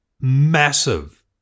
massive